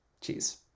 Cheers